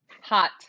Hot